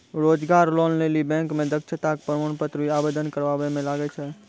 रोजगार लोन लेली बैंक मे दक्षता के प्रमाण पत्र भी आवेदन करबाबै मे लागै छै?